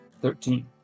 Thirteen